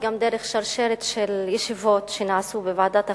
וגם בשרשרת של ישיבות שנעשו בוועדת החינוך,